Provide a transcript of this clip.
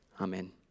Amen